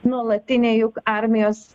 nuolatinė juk armijos